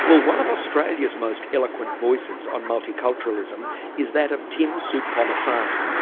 well one of australia's most eloquent voices on multiculturalism is that of tim soutphommasane.